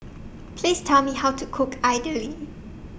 Please Tell Me How to Cook Idly